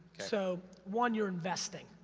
so, one, you're investing,